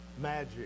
magic